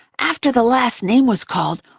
after the last name was called,